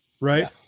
right